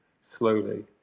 slowly